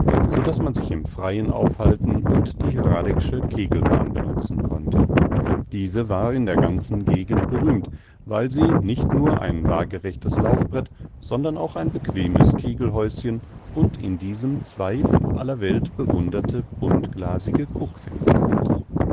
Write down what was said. so daß man sich im freien aufhalten und die hradscheck'sche kegelbahn benutzen konnte diese war in der ganzen gegend berühmt weil sie nicht nur ein gutes wagerechtes laufbrett sondern auch ein bequemes kegelhäuschen und in diesem zwei von aller welt bewunderte buntglasige kuckfenster hatte